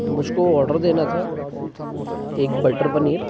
मुझको ऑर्डर देना था एक बटर पनीर